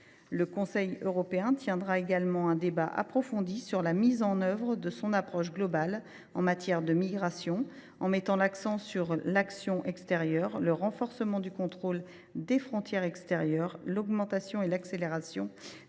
Le Conseil européen tiendra également un débat approfondi sur la mise en œuvre de son approche globale en matière de migration, en mettant l’accent sur l’action extérieure, le renforcement du contrôle des frontières extérieures, l’augmentation et l’accélération